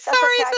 Sorry